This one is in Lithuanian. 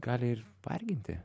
gali ir varginti